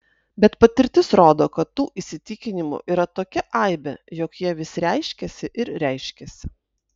bet patirtis rodo kad tų įsitikinimų yra tokia aibė jog jie vis reiškiasi ir reiškiasi